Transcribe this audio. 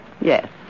Yes